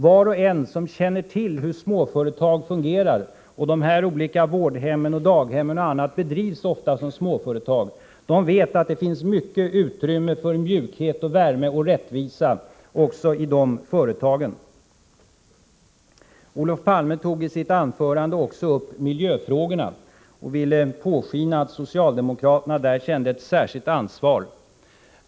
Var och en som känner till hur småföretag fungerar — de här olika vårdhemmen, daghemmen och annat bedrivs ofta som småföretag — vet att det finns mycket utrymme för mjukhet, värme och rättvisa också i de företagen. Olof Palme tog i sitt anförande också upp miljöfrågorna och ville påskina att socialdemokraterna på detta område kände ett särskilt ansvar.